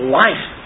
life